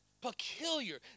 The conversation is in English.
peculiar